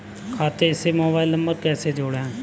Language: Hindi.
खाते से मोबाइल नंबर कैसे जोड़ें?